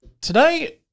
today